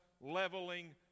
leveling